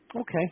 Okay